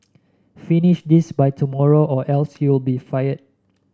finish this by tomorrow or else you'll be fired